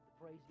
Praise